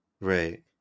Right